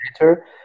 later